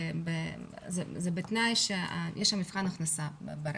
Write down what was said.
אבל זה בתנאי שיש מבחן הכנסה ברקע.